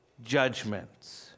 judgments